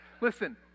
Listen